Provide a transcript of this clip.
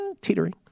Teetering